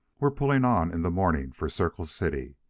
we're pulling on in the morning for circle city.